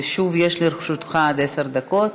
ושוב, לרשותך עד עשר דקות.